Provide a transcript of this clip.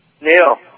Neil